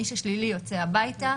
מי ששלילי יוצא הביתה,